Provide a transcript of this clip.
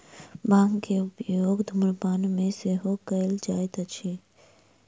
भांगक उपयोग धुम्रपान मे सेहो कयल जाइत अछि